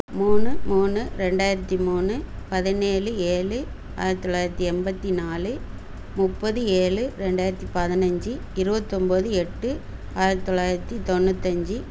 மூணு மூணு ரெண்டாயிரத்தி மூணு பதினேழு ஏழு ஆயித் தொள்ளாயிரத்தி எண்பத்தி நாலு முப்பது ஏழு ரெண்டாயிரத்தி பதினஞ்சி இருபத்தொம்போது எட்டு ஆயித் தொள்ளாயிரத்தி தொண்ணூத்தஞ்சு